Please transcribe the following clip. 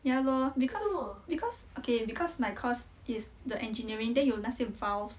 ya lor because because okay because my course is the engineering then 有那些 valves